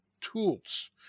tools